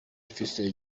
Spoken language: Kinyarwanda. mfise